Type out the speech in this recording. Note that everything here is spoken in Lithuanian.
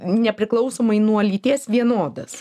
nepriklausomai nuo lyties vienodas